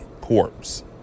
corpse